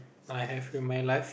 I have in my life